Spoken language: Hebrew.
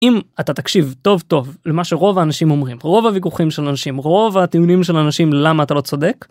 אם אתה תקשיב טוב טוב למה שרוב האנשים אומרים רוב הוויכוחים של אנשים רוב הטיעונים של אנשים למה אתה לא צודק.